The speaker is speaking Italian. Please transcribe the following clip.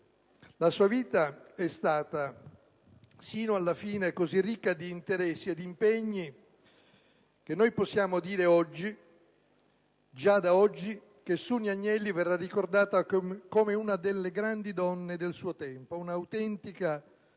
La sua vita è stata, sino alla fine, così ricca di interessi e di impegni che noi possiamo dire, già da oggi, che Suni Agnelli verrà ricordata come una delle grandi donne del suo tempo, un'autentica